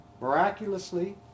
Miraculously